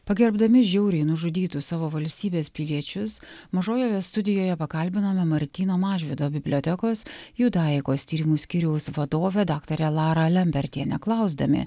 pagerbdami žiauriai nužudytus savo valstybės piliečius mažojoje studijoje pakalbinome martyno mažvydo bibliotekos judaikos tyrimų skyriaus vadovę daktarę larą lembertienė klausdami